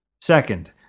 Second